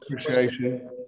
appreciation